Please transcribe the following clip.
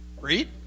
Read